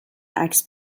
عکس